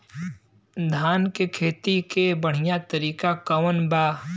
धान के खेती के बढ़ियां तरीका कवन बा?